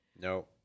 No